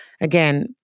Again